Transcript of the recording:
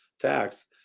tax